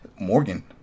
Morgan